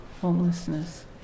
homelessness